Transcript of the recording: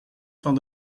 van